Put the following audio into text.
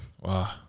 wow